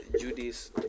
Judy's